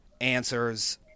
answers